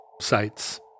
sites